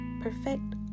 perfect